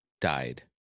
died